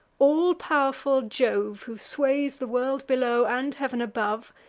all-pow'rful jove, who sways the world below and heav'n above,